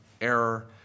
error